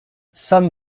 some